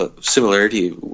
similarity